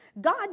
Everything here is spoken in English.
God